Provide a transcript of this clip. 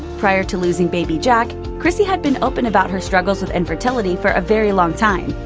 prior to losing baby jack, chrissy had been open about her struggles with infertility for a very long time.